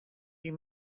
you